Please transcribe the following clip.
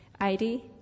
id